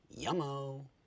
Yummo